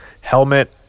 Helmet